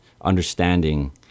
understanding